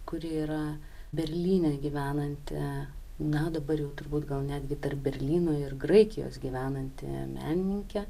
kuri yra berlyne gyvenanti na dabar jau turbūt gal netgi tarp berlyno ir graikijos gyvenanti menininkė